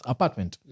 Apartment